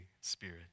Spirit